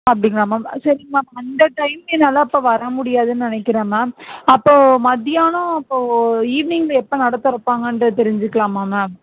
அப்படிங்களா மேம் சரிங்க மேம் அந்த டைம் என்னால் அப்போ வர முடியாதுனு நினைக்குறேன் மேம் அப்போ மதியானம் அப்போது ஈவினிங் எப்போ நடை திறப்பாங்கன்றது தெரிஞ்சுக்கலாமா மேம்